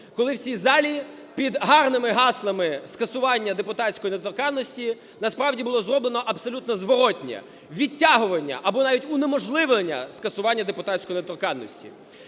коли всі в залі під гарними гаслами скасування депутатської недоторканності насправді було зроблено абсолютно зворотне – відтягування або навіть унеможливлення скасування депутатської недоторканності.